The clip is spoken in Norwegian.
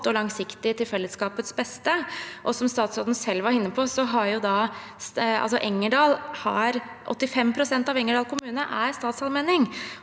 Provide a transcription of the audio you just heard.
og langsiktig til fellesskapets beste, og som statsråden selv var inne på, er 85 pst. av Engerdal kommune statsallmenning.